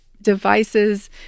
devices